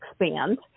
expand